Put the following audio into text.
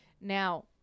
now